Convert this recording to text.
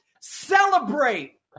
Celebrate